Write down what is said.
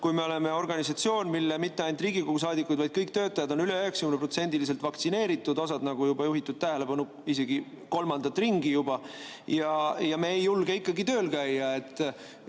kui me oleme organisatsioon, kus mitte ainult Riigikogu saadikutest, vaid kõigist töötajatest üle 90% on vaktsineeritud, osa, nagu juba juhiti tähelepanu, isegi kolmandat ringi, aga me ei julge ikkagi tööl käia?